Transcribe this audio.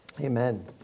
Amen